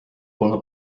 polnud